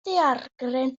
daeargryn